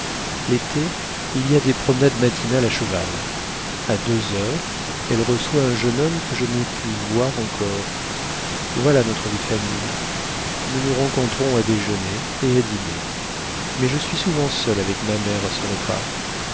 l'été il y a des promenades matinales à cheval a deux heures elle reçoit un jeune homme que je n'ai pu voir encore voilà notre vie de famille nous nous rencontrons à déjeuner et à dîner mais je suis souvent seule avec ma mère à ce repas